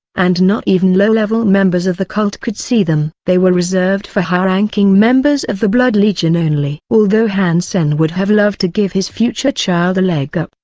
and not even low-level members of the cult could see them. they were reserved for high-ranking members of the blood-legion only. although han sen would have loved to give his future child a leg-up,